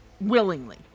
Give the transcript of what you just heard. willingly